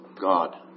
God